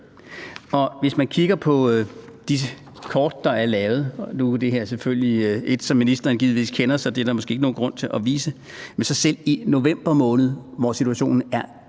Hvis man kigger på de kort, der er lavet – nu er det her selvfølgelig et, som ministeren givetvis kender, så det er der måske ikke nogen grund til at vise – er det selv i november måned, hvor situationen